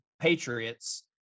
Patriots –